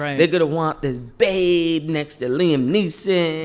um they're going to want this babe next to liam neeson and